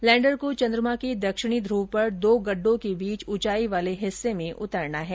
lander को चंद्रमा के दक्षिणी धूवे पर दो गड्ढों के बीच उंचाई वाले हिस्से में उतरना है